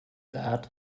that